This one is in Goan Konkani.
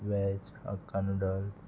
veg hakka noodles